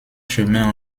chemin